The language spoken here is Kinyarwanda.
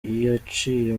yaciye